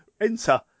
enter